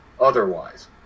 otherwise